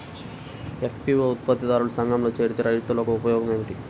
FPO ఉత్పత్తి దారుల సంఘములో చేరితే రైతులకు ఉపయోగము ఏమిటి?